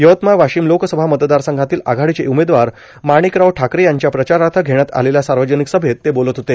यवतमाळ वार्गाशम लोकसभा मतदारसंघातील आघाडीचे उमेदवार मर्गाणकराव ठाकरे यांच्या प्राचाराथ घेण्यात आलेल्या सावर्जानक सभेत ते बोलत होते